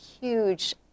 huge